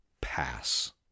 pass